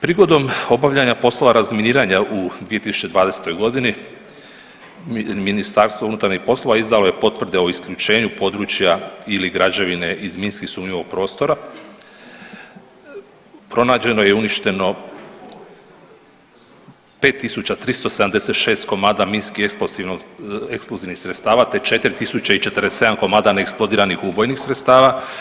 Prigodom obavljanja poslova razminiranja u 2020.g. MUP je izdalo potvrde o isključenju područja ili građevine iz minski sumnjivog prostora, pronađeno je i uništeno 5.376 komada minski eksplozivnih sredstava te 4.047 neeksplodiranih ubojnih sredstava.